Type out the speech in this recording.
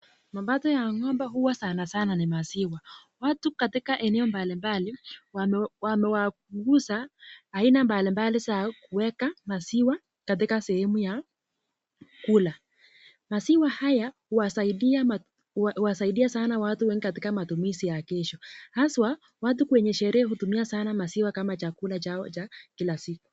Mapato ya ngombe Huwa sanasana ni maziwa watu katika eneo mbalimbali wameguza aina mbalimbali ya kuweka maziwa katika sehemu ya kula maziwa haya huwasaidia watu katika maeneo katika matumizi ya kesho haswa watu kwenye sherehe watumia sanaa maziwa kama chakula chao Cha kila siku.